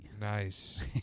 Nice